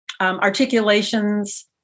articulations